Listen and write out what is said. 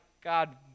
God